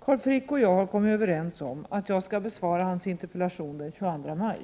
På grund av min arbetsbelastning har Carl Frick och jag kommit överens om att jag skall besvara hans interpellation den 22 maj.